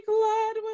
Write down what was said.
glad